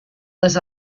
les